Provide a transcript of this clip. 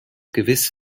gewiss